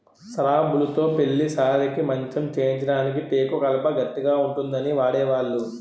సరాబులుతో పెళ్లి సారెకి మంచం చేయించడానికి టేకు కలప గట్టిగా ఉంటుందని వాడేవాళ్లు